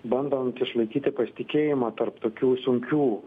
bandant išlaikyti pasitikėjimą tarp tokių sunkių